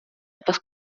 etwas